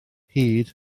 hyd